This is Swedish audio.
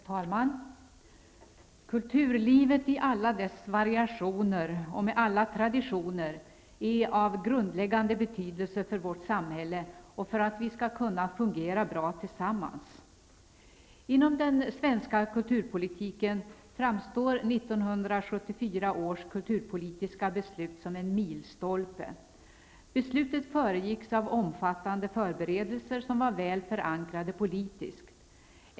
Herr talman! Kulturlivet i alla dess variationer och med alla traditioner är av grundläggande betydelse för vårt samhälle och för att vi skall fungera bra tillsammans. Inom den svenska kulturpolitiken framstår 1974 års kulturpolitiska beslut som en milstolpe. Beslutet föregicks av omfattande förberedelser som var väl förankrade politiskt.